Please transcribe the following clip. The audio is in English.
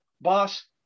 Boss